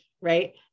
right